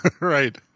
Right